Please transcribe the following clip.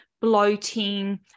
bloating